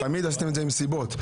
תמיד עשיתם את זה עם סיבות.